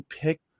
pick